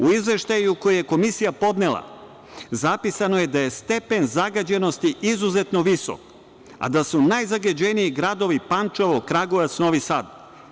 U izveštaju koji je Komisija podnela zapisano je da je stepen zagađenosti izuzetno visok, a da su najzagađeniji gradovi Pančevo, Kragujevac, Novi Sad.